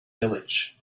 village